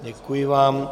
Děkuji vám.